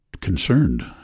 concerned